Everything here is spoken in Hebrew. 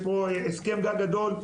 הסכם גג גדול,